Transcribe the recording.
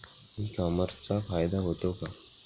E कॉमर्सचा फायदा होतो का?